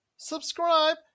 subscribe